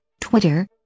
Twitter